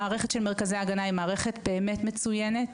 המערכת של מרכזי ההגנה היא מערכת באמת מצוינת.